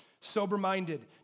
sober-minded